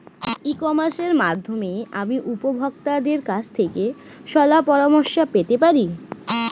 ই কমার্সের মাধ্যমে আমি উপভোগতাদের কাছ থেকে শলাপরামর্শ পেতে পারি?